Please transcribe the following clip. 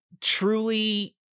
truly